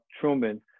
Truman